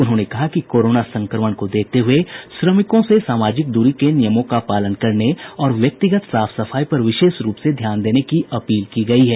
उन्होंने कहा कि कोरोना संक्रमण को देखते हये श्रमिकों से सामाजिक दूरी के नियमों का पालन करने और व्यक्तिगत साफ सफाई पर विशेष रूप से ध्यान देने की अपील की गयी है